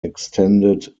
extended